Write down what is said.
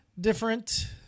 different